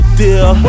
deal